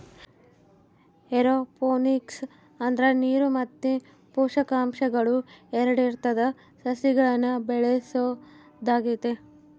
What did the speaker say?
aeroponics ಅಂದ್ರ ನೀರು ಮತ್ತೆ ಪೋಷಕಾಂಶಗಳು ಎರಡ್ರಿಂದ ಸಸಿಗಳ್ನ ಬೆಳೆಸೊದಾಗೆತೆ